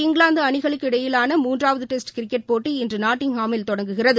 இங்கிலாந்துஅணிகளுக்கிடையிலான மூன்றாவதுடெஸ்ட் India cricket போட்டி இன்றுநாட்டிங்ஹாமில் தொடங்குகிறது